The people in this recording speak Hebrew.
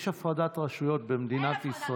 יש הפרדת רשויות במדינת ישראל.